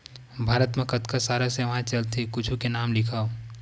भारत मा कतका सारा सेवाएं चलथे कुछु के नाम लिखव?